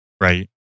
right